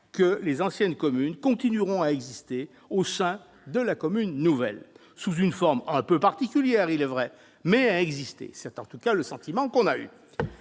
que les anciennes communes continueront à exister au sein de la commune nouvelle- sous une forme un peu particulière, il est vrai. C'est spécieux ! C'est en tout cas le sentiment que l'on a eu